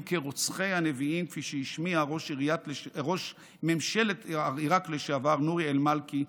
"רוצחי הנביאים" כפי שהשמיע ראש ממשלת עיראק לשעבר נורי אל-מאלכי,